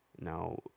Now